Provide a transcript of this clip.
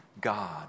God